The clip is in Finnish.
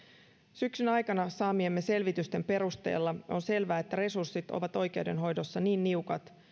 syksyn aikana saamiemme selvitysten perusteella on selvää että resurssit ovat oikeudenhoidossa niin niukat